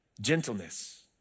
gentleness